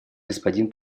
господин